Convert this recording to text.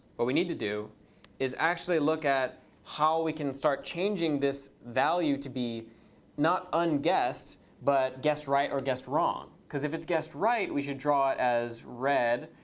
what we need to do is actually look at how we can start changing this value to be not um unguessed, but guessed right or guessed wrong. because if it's guessed right, we should draw it as red.